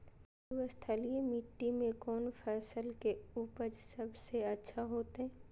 मरुस्थलीय मिट्टी मैं कौन फसल के उपज सबसे अच्छा होतय?